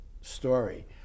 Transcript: story